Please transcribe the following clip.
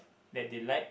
that they like